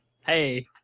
Hey